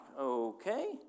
okay